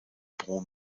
brom